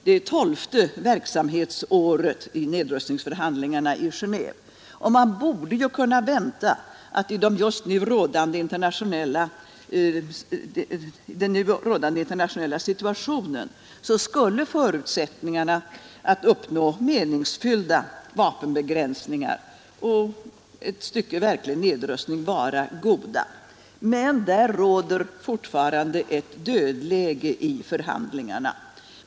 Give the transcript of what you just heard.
Det tolfte verksamhetsåret i nedrustningsförhandlingarna i Geneve har nu börjat, och man borde kunna vänta att i den just nu rådande internationella situationen förutsättningarna att uppnå meningsfyllda vapenbegränsningar och ett stycke verklig nedrustning skulle vara goda. Men det råder fortfarande ett dödläge i förhandlingarna.